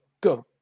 go